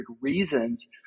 reasons